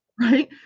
Right